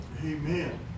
Amen